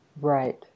Right